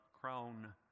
crown